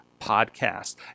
podcast